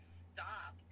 stop